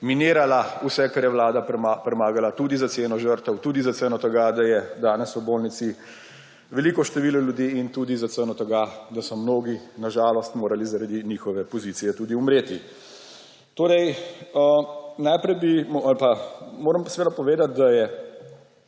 minirala vse, kar je Vlada predlagala, tudi za ceno žrtev, tudi za ceno tega, da je danes v bolnici veliko število ljudi, in tudi za ceno tega, da so mnogi, na žalost, morali zaradi njihove pozicije tudi umreti. Najprej moram seveda povedati, da je